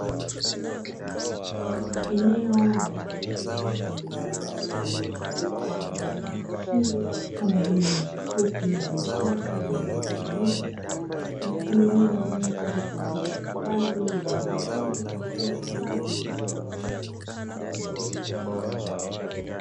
Eneo la wazi lenye barabara iliyozungukwa na uwoto wa asili kama vile nyasifupi na vichaka vilivyotawanyika, na kutengeneza mandhari kwa ajili ya hifadhi ya wanyamapori au hifadhi ya misitu.